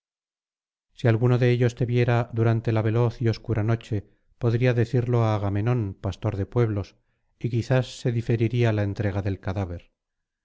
si alguno de ellos te viera durante la veloz y obscura noche podría decirlo á agamenón pastor de pueblos y quizás se diferiría la entrega del cadáver